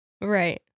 right